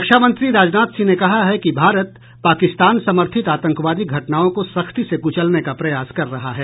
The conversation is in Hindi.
रक्षामंत्री राजनाथ सिंह ने कहा है कि भारत पाकिस्तान समर्थित आतंकवादी घटनाओं को सख्ती से कुचलने का प्रयास कर रहा है